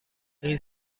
این